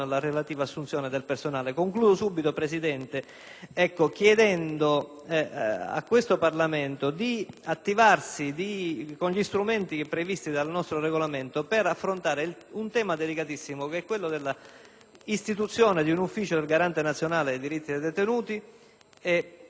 chiedendo al Parlamento di attivarsi con gli strumenti previsti dal nostro Regolamento per affrontare un tema delicatissimo, quale quello della istituzione di un Ufficio del garante nazionale dei diritti dei detenuti, che certamente potrebbe servire,